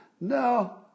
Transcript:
No